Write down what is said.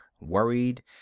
worried